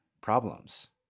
problems